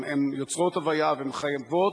הם יוצרים הוויה והם חייבים,